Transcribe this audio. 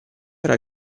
era